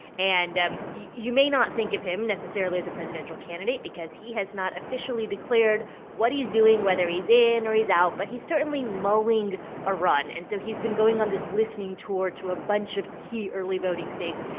and and you may not think of him necessarily as a presidential candidate because he has not officially declared what he's doing, whether he's in or he's out. but he's certainly mulling a run. and so he's been going on this listening tour to a bunch of key early voting states.